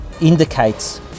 indicates